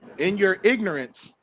in your ignorance.